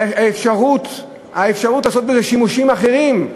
האפשרות לעשות בזה שימושים אחרים,